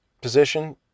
position